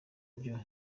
byo